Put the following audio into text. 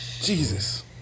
Jesus